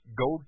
go